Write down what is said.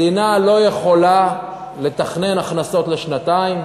מדינה לא יכולה לתכנן הכנסות לשנתיים.